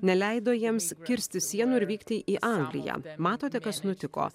neleido jiems kirsti sienų ir vykti į angliją matote kas nutiko